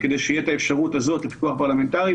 כדי שתהיה את האפשרות הזאת לפיקוח פרלמנטרי.